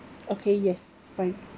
okay yes fine